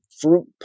fruit